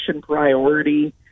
priority